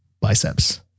biceps